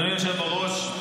אדוני היושב-ראש,